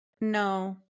no